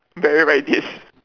very like this